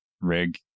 rig